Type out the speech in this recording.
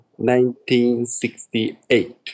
1968